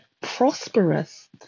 prosperous